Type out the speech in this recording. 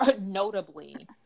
notably